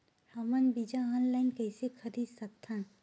हमन बीजा ऑनलाइन कइसे खरीद सकथन?